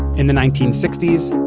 in the nineteen sixty s,